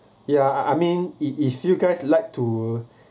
yeah I I mean if if you guys like to